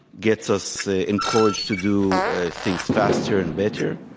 gets us ah encouraged to do things faster and better.